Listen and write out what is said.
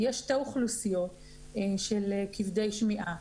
יש שתי אוכלוסיות של כבדי שמיעה.